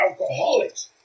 alcoholics